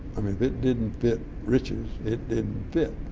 i mean if it didn't fit rich's it didn't fit.